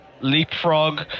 leapfrog